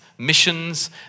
missions